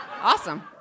Awesome